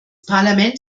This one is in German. parlament